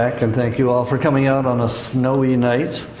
jack, and thank you all for coming out on a snowy night.